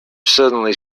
suddenly